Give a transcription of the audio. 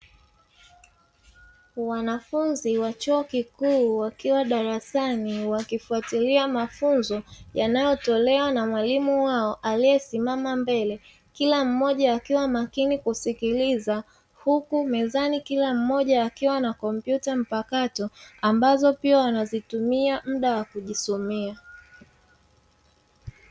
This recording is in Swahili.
Wanafunzi wa chuo kikuu wakiwa darasani wakifuatilia mafunzo yanayotolewa na mwalimu wao aliyesimama mbele, kila mmoja akiwa makini kusikiliza huku mezani kila mmoja akiwa na kompyuta mpakato ambazo pia wanazitumia muda wa kujisomea.